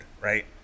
right